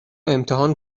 امتحان